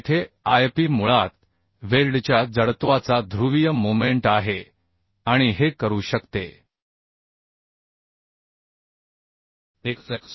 येथे Ip मुळात वेल्डच्या जडत्वाचा ध्रुवीय मोमेंट आहे आणि हे करू शकते Ixx